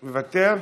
מוותר?